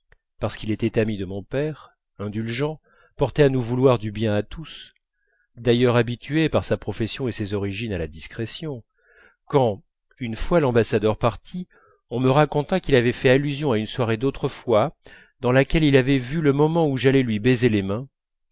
parce qu'il était l'ami de mon père indulgent porté à nous vouloir du bien à tous d'ailleurs habitué par sa profession et ses origines à la discrétion quand une fois l'ambassadeur parti on me raconta qu'il avait fait allusion à une soirée d'autrefois dans laquelle il avait vu le moment où j'allais lui baiser les mains